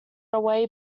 away